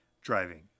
driving